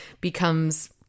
becomes